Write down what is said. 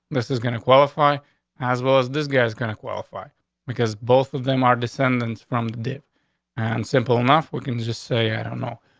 this is going to qualify as well as this guy's gonna qualify because both of them are descendants. from the and simple enough. we can just say i don't know,